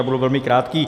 Já budu velmi krátký.